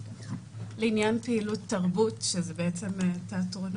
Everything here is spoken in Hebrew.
לעניין פעילות תרבות שזה בעצם תיאטרון,